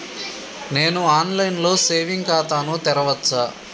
నేను online లో saving ఖాతా ను తెరవచ్చా?